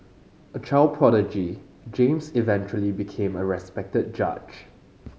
a child prodigy James eventually became a respected judge